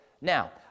Now